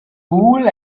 wool